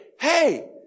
hey